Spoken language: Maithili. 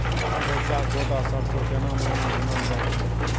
रेचा, गोट आ सरसो केना महिना बुनल जाय छै?